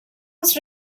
was